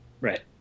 right